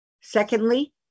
Secondly